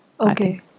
Okay